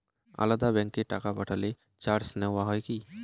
আলাদা ব্যাংকে টাকা পাঠালে চার্জ নেওয়া হয় কি?